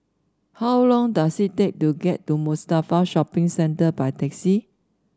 how long does it take to get to Mustafa Shopping Centre by taxi